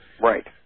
Right